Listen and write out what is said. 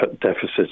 deficits